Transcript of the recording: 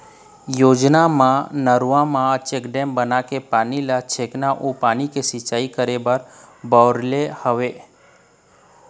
योजना म नरूवा म चेकडेम बनाके पानी ल छेकना अउ पानी ल सिंचाई करे बर बउरना हवय